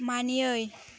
मानियै